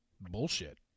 bullshit